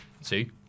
See